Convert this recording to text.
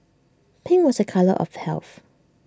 pink was A colour of health